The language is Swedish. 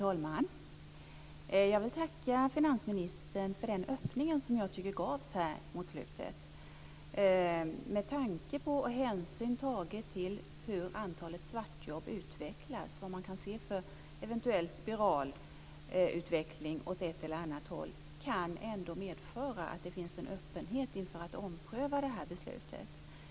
Fru talman! Jag vill tacka finansministern för den öppning som jag tycker gavs här mot slutet. Med tanke på och hänsyn tagen till hur antalet svartjobb utvecklas, om man kan se en eventuell spiralutveckling åt ett eller annat håll, kan det ändå medföra att det finns en öppenhet inför en omprövning av detta beslut.